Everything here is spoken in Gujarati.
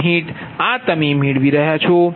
60 આ તમે મેળવી રહ્યાં છો